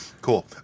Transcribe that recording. Cool